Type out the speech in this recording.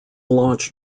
launch